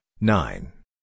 nine